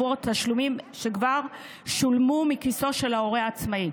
תשלומים שכבר שולמו מכיסו של ההורה עצמאי,